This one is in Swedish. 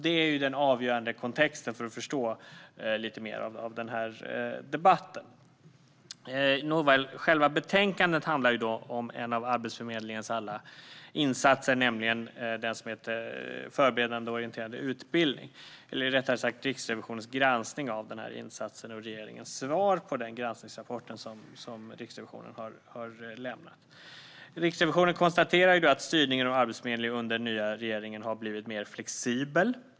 Det är den avgörande kontexten för att förstå lite mer av den här debatten. Nåväl, själva betänkandet handlar om en av Arbetsförmedlingens alla insatser, nämligen insatsen förberedande och orienterande utbildning, eller rättare sagt Riksrevisionens granskning av insatsen och regeringens svar på den granskningsrapport som Riksrevisionen har lämnat. Riksrevisionen konstaterar att styrningen av Arbetsförmedlingen under den nya regeringen har blivit mer flexibel.